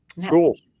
Schools